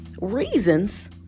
reasons